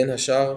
בין השאר,